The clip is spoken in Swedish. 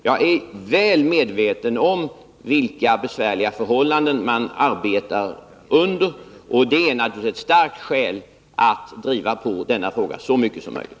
Jag är väl medveten om vilka besvärliga förhållanden man arbetar under där, och det är naturligtvis ett starkt skäl för att driva på denna fråga så mycket som möjligt.